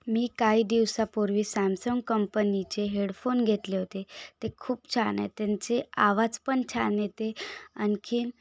मी काही दिवसापूर्वी सॅमसंग कंपनीचे हेडफोन घेतले होते ते खूप छान आहेत त्यांचे आवाज पण छान येते आणखीन